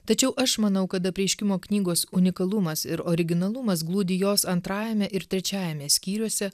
tačiau aš manau kad apreiškimo knygos unikalumas ir originalumas glūdi jos antrajame ir trečiajame skyriuose